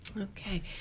okay